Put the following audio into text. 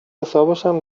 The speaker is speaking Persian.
حسابشم